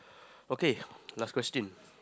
okay last question